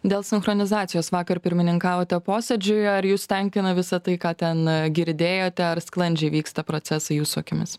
dėl sinchronizacijos vakar pirmininkavote posėdžiui ar jus tenkina visa tai ką ten girdėjote ar sklandžiai vyksta procesai jūsų akimis